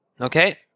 Okay